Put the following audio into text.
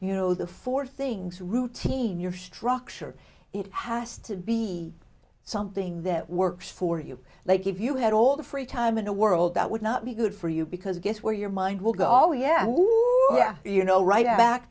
you know the four things routine you're structure it has to be something that works for you like if you had all the free time in a world that would not be good for you because guess where your mind will go oh yeah who you know right at back